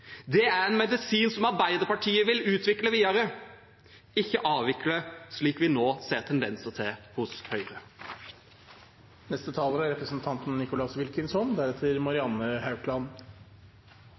Det er en medisin som Arbeiderpartiet vil utvikle videre, ikke avvikle, slik vi nå ser tendenser til hos